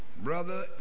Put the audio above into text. Brother